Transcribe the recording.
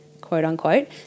quote-unquote